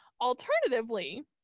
alternatively